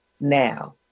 now